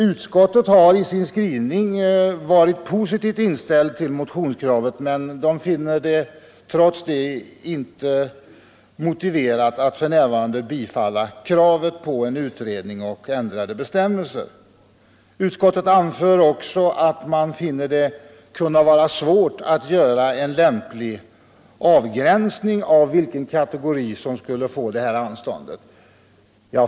Utskottet har i sin skrivning varit positivt inställt till motionskravet men finner det trots detta inte motiverat att för närvarande biträda yrkandet om utredning och ändrade bestämmelser. Utskottet anför också att man finner det kunna vara svårt att göra en lämplig avgränsning av vilken kategori som skulle få det här anståndet.